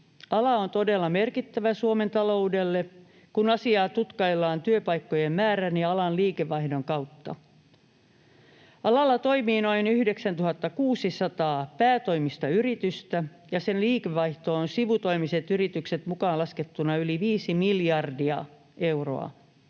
Ala on todella merkittävä Suomen taloudelle, kun asiaa tutkaillaan työpaikkojen määrän ja alan liikevaihdon kautta. Alalla toimii noin 9 600 päätoimista yritystä, ja sen liikevaihto on sivutoimiset yritykset mukaan laskettuna yli 5 miljardia euroa.